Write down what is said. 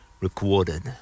recorded